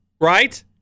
right